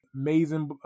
amazing